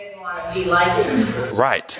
Right